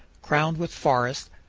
crowned with forests,